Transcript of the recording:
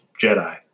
Jedi